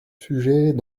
sujets